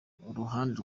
uruhande